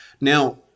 now